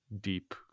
deep